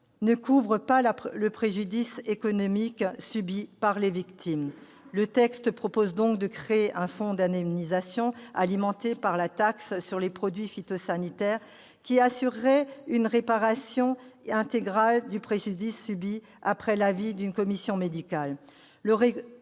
ne couvre pas le préjudice économique subi par les victimes. Le texte prévoit donc de créer un fonds d'indemnisation, alimenté par la taxe sur les produits phytosanitaires, qui assurerait une réparation intégrale du préjudice subi après l'avis d'une commission médicale.